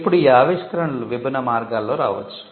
ఇప్పుడు ఈ ఆవిష్కరణలు విభిన్న మార్గాలలో రావచ్చు